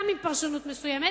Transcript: גם עם פרשנות מסוימת,